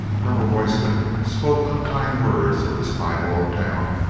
colonel royston spoke unkind words of this pie bald town.